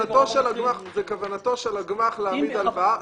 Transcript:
זאת כוונתו של הגמ"ח להעמיד הלוואה.